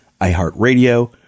iHeartRadio